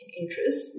interest